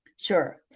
Sure